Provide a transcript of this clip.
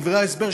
בדברי ההסבר,